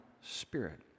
spirit